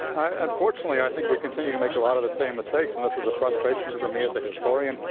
unfortunately, i think we continue to make a lot of the same mistakes, and this is a frustration for me, as a historian.